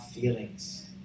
feelings